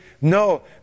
No